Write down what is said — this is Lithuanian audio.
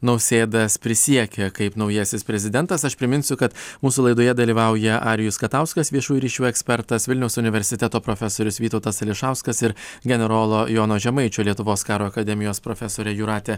nausėdas prisiekė kaip naujasis prezidentas aš priminsiu kad mūsų laidoje dalyvauja arijus katauskas viešųjų ryšių ekspertas vilniaus universiteto profesorius vytautas ališauskas ir generolo jono žemaičio lietuvos karo akademijos profesorė jūratė